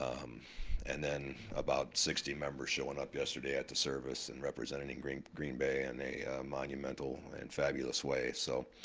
um and then about sixty members showing up yesterday at the service and representing green green bay in a monumental and fabulous way, so,